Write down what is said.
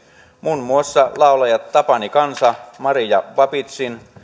muun muassa laulajat tapani kansa maria babitzin